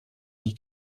die